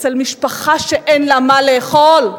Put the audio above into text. אצל משפחה שאין לה מה לאכול?